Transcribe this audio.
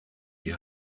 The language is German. die